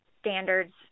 standards